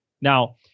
Now-